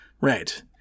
Right